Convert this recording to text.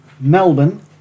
Melbourne